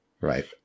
Right